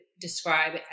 describe